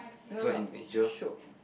ya lah shiok